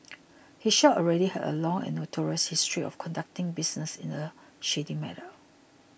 his shop already had a long and notorious history of conducting business in a shady manner